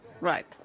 Right